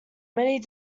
many